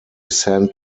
sent